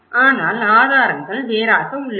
ஆனால் ஆதாரங்கள் வேறாக உள்ளது